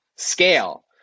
scale